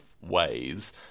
ways